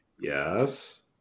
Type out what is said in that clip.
Yes